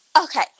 Okay